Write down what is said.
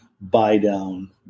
buy-down